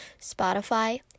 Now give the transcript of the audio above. Spotify